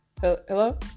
Hello